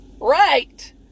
Right